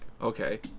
okay